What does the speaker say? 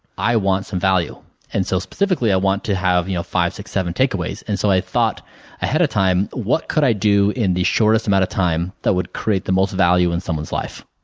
i want some value and so specifically i want to have you know five, six, seven take a way. and so, i thought ahead of time, what could i do in the shortest amount of time that would create the most value in someone's life?